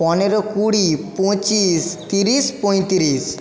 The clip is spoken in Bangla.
পনেরো কুড়ি পঁচিশ ত্রিশ পঁয়ত্রিশ